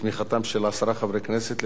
הרווחה והבריאות נתקבלה.